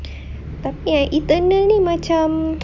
tapi yang eternally ni macam